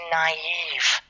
naive